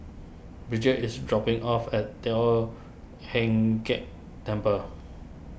Brigitte is dropping off at Teo Heng Keng Temple